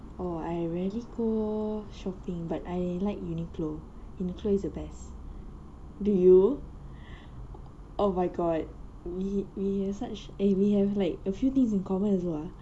oh I rarely go shopping but I like Uniqlo Uniqlo is the best do you oh my god we we have such eh we have like a few things in common as well ah